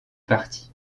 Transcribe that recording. parti